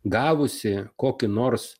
gavusi kokį nors